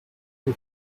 are